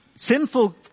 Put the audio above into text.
sinful